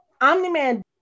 Omni-Man